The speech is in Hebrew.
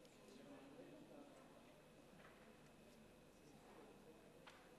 כבוד היושב-ראש,